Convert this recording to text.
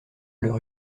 leur